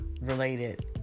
related